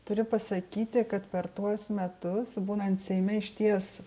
turiu pasakyti kad per tuos metus būnant seime išties